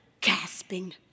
gasping